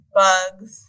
bugs